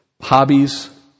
hobbies